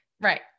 Right